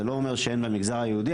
זה לא אומר שאין במגזר היהודי,